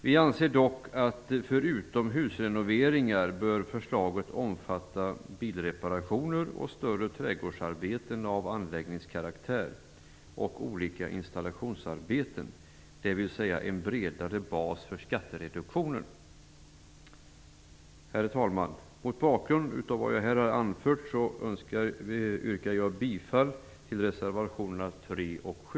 Vi anser dock att förslaget för utomhusrenoveringar bör omfatta även bilreparationer, större trädgårdsarbeten av anläggningskaraktär och olika installationsarbeten, dvs. en bredare bas för skattereduktionen. Herr talman! Mot bakgrund av vad jag här har anfört yrkar jag bifall till reservationerna 3 och 7.